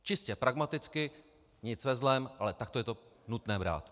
Čistě pragmaticky, nic ve zlém, ale takto je to nutné brát.